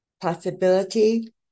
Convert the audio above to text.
possibility